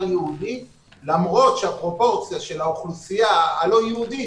היהודי למרות שהפרופורציה של האוכלוסייה הלא יהודית,